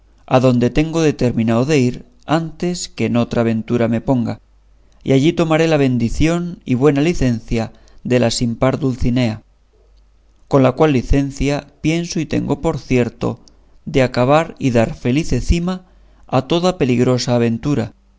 toboso adonde tengo determinado de ir antes que en otra aventura me ponga y allí tomaré la bendición y buena licencia de la sin par dulcinea con la cual licencia pienso y tengo por cierto de acabar y dar felice cima a toda peligrosa aventura